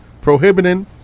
prohibiting